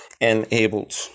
enabled